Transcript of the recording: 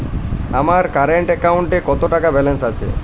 আমার কারেন্ট অ্যাকাউন্টে কত টাকা ব্যালেন্স আছে?